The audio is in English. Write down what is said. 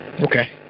Okay